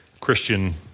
Christian